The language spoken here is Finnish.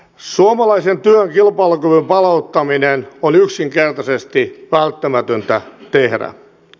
suomalaisen työn kilpailukyvyn palauttaminen on yksinkertaisesti välttämätöntä tehdä